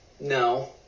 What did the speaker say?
No